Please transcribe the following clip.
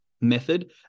method